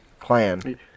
clan